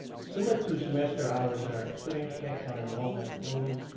similar to semester hours are student headcount enrollment flows,